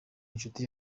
inshuti